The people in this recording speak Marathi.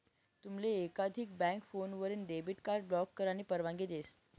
तुमले एकाधिक बँक फोनवरीन डेबिट कार्ड ब्लॉक करानी परवानगी देस